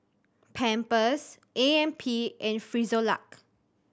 Pampers A M P and Frisolac